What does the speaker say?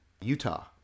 Utah